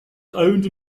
owned